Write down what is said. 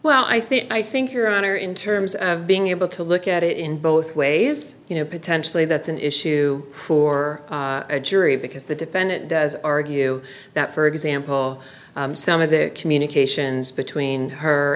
well i think i think your honor in terms of being able to look at it in both ways you know potentially that's an issue for a jury because the defendant does argue that for example some of the communications between her